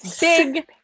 big